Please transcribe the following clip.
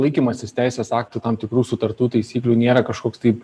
laikymasis teisės aktų tam tikrų sutartų taisyklių nėra kažkoks tai